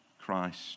Christ